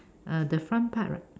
uh the front part right